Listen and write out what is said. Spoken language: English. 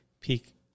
peak